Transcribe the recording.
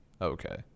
Okay